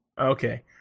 Okay